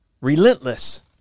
Relentless